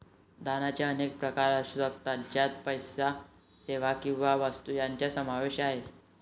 दानाचे अनेक प्रकार असू शकतात, ज्यात पैसा, सेवा किंवा वस्तू यांचा समावेश आहे